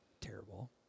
terrible